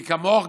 כי כמוך,